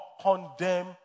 condemn